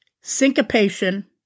Syncopation